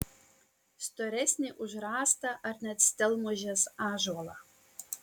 storesnį už rąstą ar net stelmužės ąžuolą